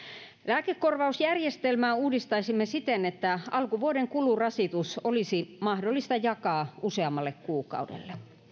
lääkekorvausjärjestelmää uudistaisimme siten että alkuvuoden kulurasitus olisi mahdollista jakaa useammalle kuukaudelle